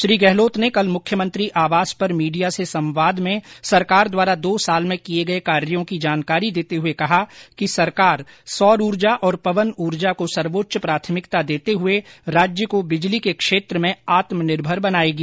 श्री गहलोत ने कल मुख्यमंत्री आवास पर मीडिया से संवाद में सरकार द्वारा दो साल में किये गए कार्यों की जानकारी देते हुए कहा कि सरकार सौर ऊर्जा और पवन उर्जा को सर्वोच्च प्राथमिकता देते हुए राज्य को बिजली उत्पादन के क्षेत्र में आत्मनिर्भर बनाएगी